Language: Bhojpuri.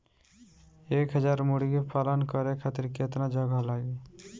एक हज़ार मुर्गी पालन करे खातिर केतना जगह लागी?